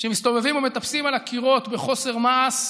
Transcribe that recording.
שמסתובבים ומטפסים על הקירות בחוסר מעש,